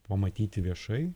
pamatyti viešai